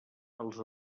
els